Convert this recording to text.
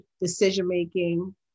decision-making